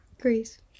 Greece